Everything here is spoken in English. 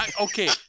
Okay